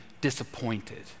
disappointed